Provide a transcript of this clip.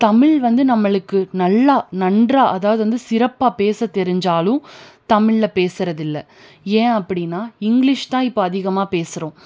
தமிழ் வந்து நம்மளுக்கு நல்லா நன்றாக அதாவது வந்து சிறப்பாக பேசத் தெரிஞ்சாலும் தமிழில் பேசுகிறதில்ல ஏன் அப்படின்னா இங்கிலிஷ் தான் இப்போ அதிகமாக பேசுகிறோம்